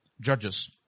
Judges